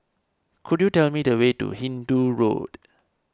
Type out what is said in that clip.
could you tell me the way to Hindoo Road